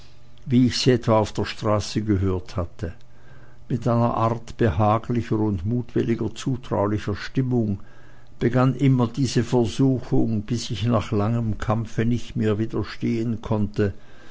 wie ich sie etwa auf der straße gehört hatte mit einer art behaglicher und mutwillig zutraulicher stimmung begann immer diese versuchung bis ich nach langem kampfe nicht mehr widerstehen konnte